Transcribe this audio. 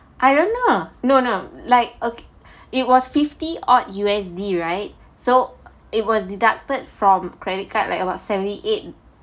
I don't know no no like okay it was fifty odd U_S_D right so it was deducted from credit card like about seventy eight